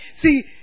See